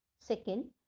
Second